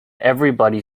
everybody